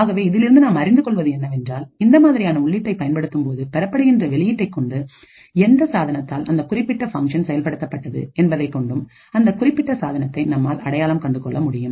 ஆகவே இதிலிருந்து நாம் அறிந்து கொள்வது என்னவென்றால் இந்த மாதிரியான உள்ளீட்டை பயன்படுத்தும்போது பெறப்படுகின்ற வெளியீட்டை கொண்டு எந்த சாதனத்தால் அந்த குறிப்பிட்ட ஃபங்க்ஷன் செயல்படுத்தப்பட்டது என்பதைக் கொண்டும் அந்த குறிப்பிட்ட சாதனத்தை நம்மால் அடையாளம் கண்டுகொள்ள முடியும்